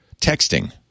texting